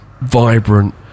vibrant